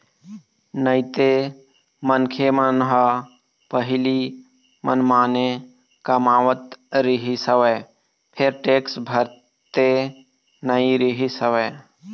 नइते मनखे मन ह पहिली मनमाने कमावत रिहिस हवय फेर टेक्स भरते नइ रिहिस हवय